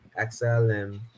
XLM